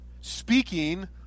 speaking